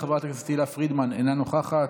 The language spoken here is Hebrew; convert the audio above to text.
חברת הכנסת תהלה פרידמן, אינה נוכחת.